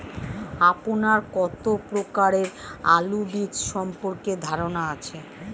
আপনার কত প্রকারের আলু বীজ সম্পর্কে ধারনা আছে?